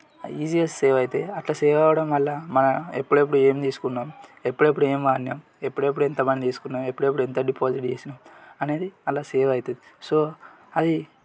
ఈజీగా సేవ్ అయితే అట్లా సేవ్ అవ్వడం వల్ల మనం ఎప్పుడు ఎప్పుడు ఏం తీసుకున్నాం ఎప్పుడెప్పుడు ఏమి వాడినాం ఎప్పుడెప్పుడు ఎంత మనీ తీసుకున్నాం ఎప్పుడు ఎప్పుడు ఎంత డిపాజిట్ చేసినాం అనేది అందులో సేవ్ అవుతుంది సో అది